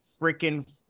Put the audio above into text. freaking